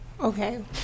Okay